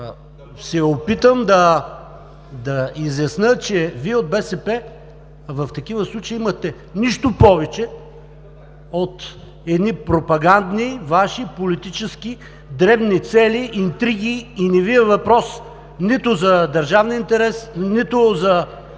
се опитам да изясня, че Вие от БСП в такива случаи имате нищо повече от едни пропагандни, Ваши политически, дребни цели и интриги, и не Ви е въпрос нито за държавния интерес, нито за